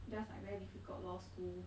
just like very difficult lor school